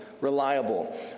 Reliable